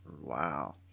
Wow